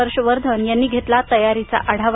हर्ष वर्धन यांनी घेतला तयारीचा आढावा